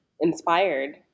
inspired